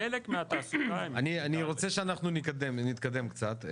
חלק מהתעסוקה הם --- אני רוצה שאנחנו נתקדם קצת.